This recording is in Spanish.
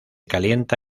calienta